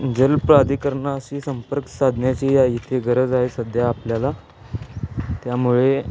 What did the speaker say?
जलप्राधिकरणाशी संपर्क साधण्याची या इथे गरज आहे सध्या आपल्याला त्यामुळे